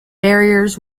barriers